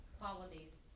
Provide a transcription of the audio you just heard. qualities